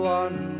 one